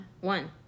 one